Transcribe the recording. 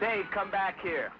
they come back here